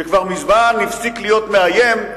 שכבר מזמן הפסיק להיות מאיים,